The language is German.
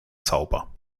sauber